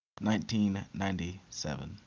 1997